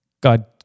God